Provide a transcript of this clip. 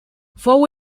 fou